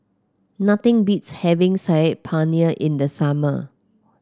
nothing beats having Saag Paneer in the summer